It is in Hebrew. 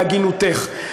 בהגינותך.